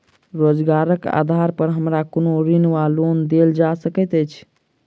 रोजगारक आधार पर हमरा कोनो ऋण वा लोन देल जा सकैत अछि?